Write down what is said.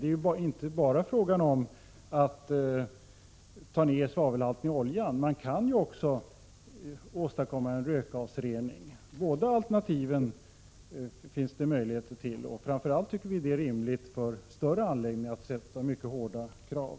Det är inte bara fråga om att ta ned svavelhalten i den. Man kan också åstadkomma en rökgasrening. Båda alternativen finns det möjligheter till. Framför allt tycker vi det är rimligt att ställa mycket hårda krav på större anläggningar.